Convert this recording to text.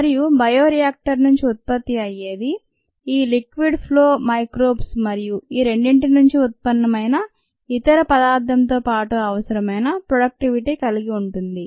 మరియు బయోరియాక్టర్ నుండి ఉత్పత్తి అయ్యేది ఈ లిక్విడ్ ఫ్లో మైక్రోబ్స్ మరియు ఈ రెండింటి నుండి ఉత్పన్నమైన ఇతర పదార్థం తో పాటు అవసరమైన ప్రొడక్టివిటీ కలిగి ఉంటుంది